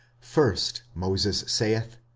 first moses saith,